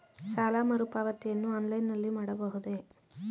ಸಾಲ ಮರುಪಾವತಿಯನ್ನು ಆನ್ಲೈನ್ ನಲ್ಲಿ ಮಾಡಬಹುದೇ?